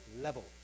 level